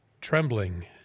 Trembling